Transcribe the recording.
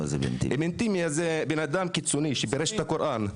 אבן תימיה הוא בן אדם קיצוני שפירש את הקוראן.